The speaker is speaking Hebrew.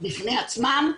בפני עצמם,